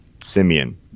Simeon